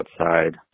outside